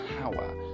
power